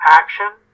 action